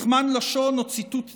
מכמן לשון או ציטוט ציוני,